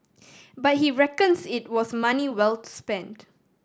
but he reckons it was money well spent